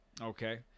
Okay